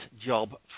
job